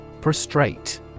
Prostrate